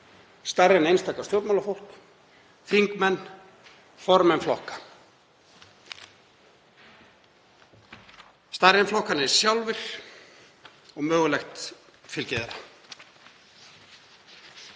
stærra en einstaka stjórnmálafólk, þingmenn, formenn flokka, stærra en flokkarnir sjálfir og mögulegt fylgi þeirra.